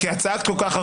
כי את צעקת כל כך הרבה.